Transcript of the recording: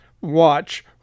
Watch